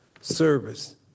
service